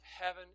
heaven